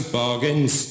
bargains